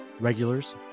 regulars